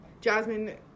Jasmine